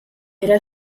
era